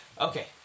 Okay